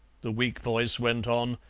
the weak voice went on.